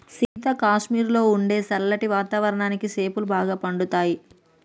సీత కాశ్మీరులో ఉండే సల్లటి వాతావరణానికి సేపులు బాగా పండుతాయి